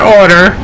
order